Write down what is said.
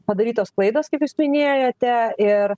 padarytos klaidos kaip jūs minėjote ir